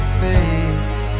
face